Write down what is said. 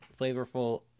flavorful